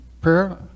prayer